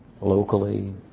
locally